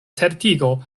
certigo